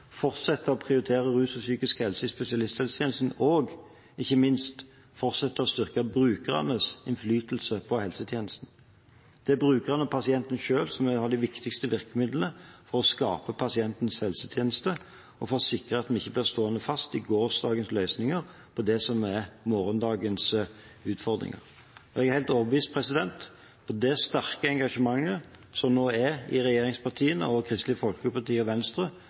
fortsette å prioritere rus og psykisk helse i spesialisthelsetjenesten og – ikke minst – fortsette å styrke brukernes innflytelse på helsetjenestene. Det er brukerne og pasientene selv som er det viktigste virkemidlet for å skape pasientens helsetjeneste og for å sikre at vi ikke blir stående fast i gårsdagens løsninger på det som er morgendagens utfordringer. Og jeg er helt overbevist om at med det sterke engasjementet som nå er i regjeringspartiene og Kristelig Folkeparti og Venstre